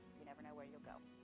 you never know where you'll go.